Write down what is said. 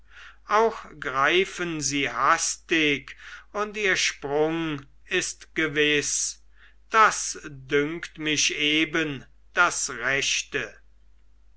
auch greifen sie hastig und ihr sprung ist gewiß das dünkt mich eben das rechte